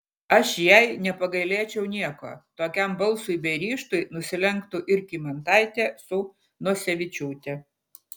aš jai nepagailėčiau nieko tokiam balsui bei ryžtui nusilenktų ir kymantaitė su nosevičiūte